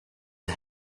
are